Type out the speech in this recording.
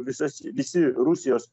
visas visi rusijos